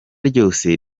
ryose